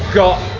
got